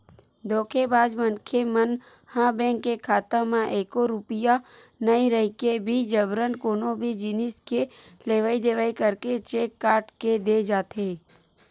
धोखेबाज मनखे मन ह बेंक के खाता म एको रूपिया नइ रहिके भी जबरन कोनो भी जिनिस के लेवई देवई करके चेक काट के दे जाथे